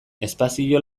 espazio